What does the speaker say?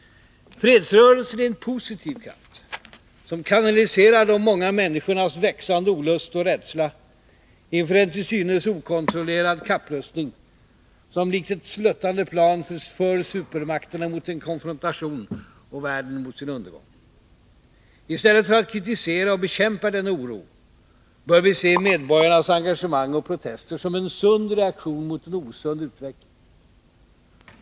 Fredsrörelsen är en positiv kraft, som kanaliserar de många människornas växande olust och rädsla inför en till synes okontrollerad kapprustning, som likt ett sluttande plan för supermakterna mot en konfrontation och världen mot sin undergång. I stället för att kritisera och bekämpa denna oro bör vi se medborgarnas engagemang och protester som en sund reaktion mot en osund utveckling.